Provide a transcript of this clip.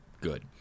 good